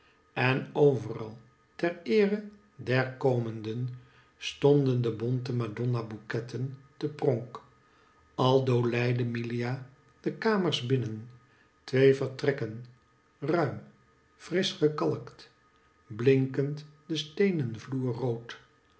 en overal ter eere der komenden stonden de bonte madonna boeketten te pronk aldo leidde milia de kamers binnen twee vertrekken ruim frisch gekalkt blinkend de steenen vloer rood